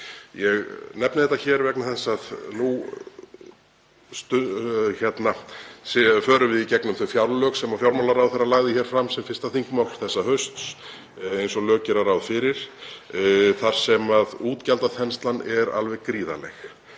Ég nefni þetta hér vegna þess að nú förum við í gegnum þau fjárlög sem fjármálaráðherra lagði fram sem 1. þingmál þessa hausts, eins og lög gera ráð fyrir, þar sem útgjaldaþenslan er alveg gríðarleg.